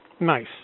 Nice